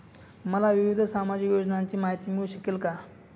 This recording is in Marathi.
मला विविध सामाजिक योजनांची माहिती मिळू शकेल का?